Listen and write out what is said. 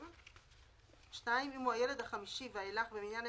29 ביולי 20'. בתחילת הדיון נקרא את חוק התכנית לסיוע כלכלי (מענק